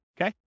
okay